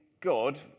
God